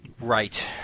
Right